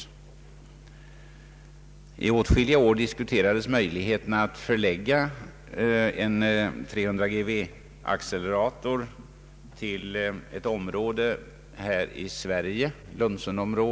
Under åtskilliga år diskuterades möjligheterna att förlägga en 300 GeV-accelerator till Lunsenområdet här i Sverige.